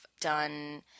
done